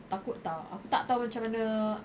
takut tak aku tak tahu macam mana